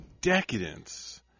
Decadence